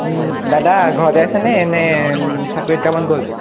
দাদা ঘৰতে আছেনে নে চাকৰি কামত গ'ল